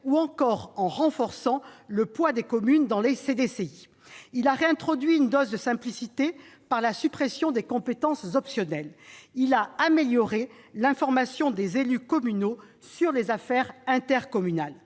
ou encore en renforçant le poids des communes dans les CDCI. Il a réintroduit une dose de simplicité, par la suppression des compétences optionnelles. Il a amélioré l'information des élus communaux sur les affaires intercommunales.